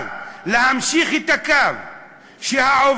אבל אם נמשיך את הקו שהעובדים,